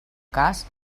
cas